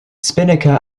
spinnaker